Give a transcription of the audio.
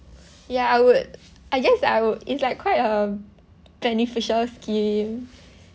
ya I would I guess I would it's like quite a beneficial scheme